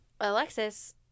Alexis